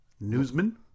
Newsman